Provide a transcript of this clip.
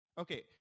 Okay